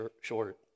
short